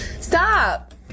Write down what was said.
Stop